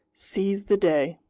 seize the day.